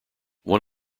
one